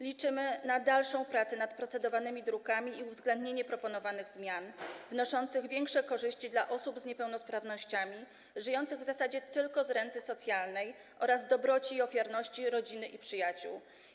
Liczymy na dalszą pracę nad procedowanymi drukami i uwzględnienie proponowanych zmian przynoszących większe korzyści dla osób z niepełnosprawnościami, żyjących w zasadzie tylko z renty socjalnej oraz dobroci i ofiarności rodziny i przyjaciół.